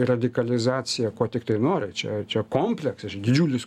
radikalizacija ko tiktai nori čia čia kompleksas didžiulis